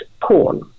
porn